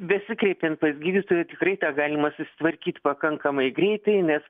besikreipiant pas gydytoją tikrai tą galima susitvarkyt pakankamai greitai nes